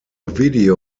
video